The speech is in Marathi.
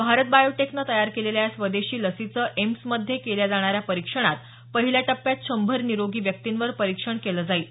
भारत बायोटेकनं तयार केलेल्या या स्वदेशी लसीचं एम्समध्ये केल्या जाणाऱ्या परीक्षणात पहिल्या टप्प्यात शंभर निरोगी व्यक्तींवर परीक्षण केलं जाईल